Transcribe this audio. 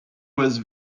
was